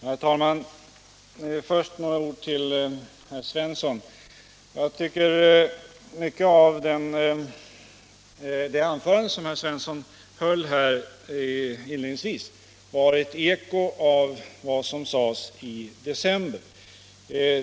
Herr talman! Först några ord till herr Svensson i Malmö. Jag tycker att mycket av innehållet i herr Svenssons inledningsanförande var ett eko av det som sades i december.